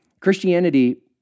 Christianity